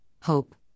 hope